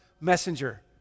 messenger